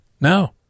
No